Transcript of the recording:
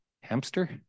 hamster